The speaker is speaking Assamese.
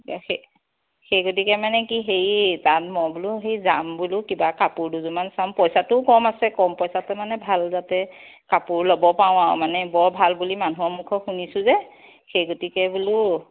তাকে সেই গতিকে মানে কি যাম মই বোলো যাম বোলো কিবা কাপোৰ দুযোৰমান চাম পইচাটো কম আছে কম পইচাতে মানে ভাল যাতে কাপোৰ ল'ব পাৰোঁ আৰু মানে বৰ ভাল বুলি মানুহৰ মুখত শুনিছোঁ যে সেইগতিকে বোলো